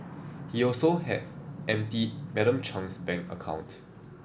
he had also emptied Madam Chung's bank account